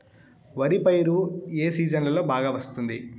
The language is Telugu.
వరి పైరు ఏ సీజన్లలో బాగా వస్తుంది